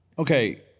Okay